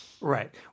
Right